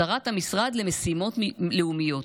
שרת המשרד למשימות לאומיות,